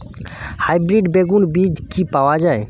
Hybrid বেগুন বীজ কি পাওয়া য়ায়?